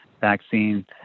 vaccine